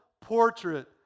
portrait